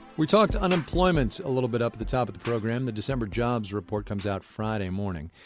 we talked unemployment a little bit up at the top of the program. the december jobs report comes out friday morning.